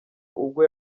ubwo